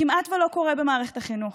כמעט שלא קורה במערכת החינוך.